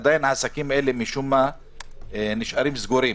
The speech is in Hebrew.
עדיין עסקים אלה משום מה נשארים סגורים.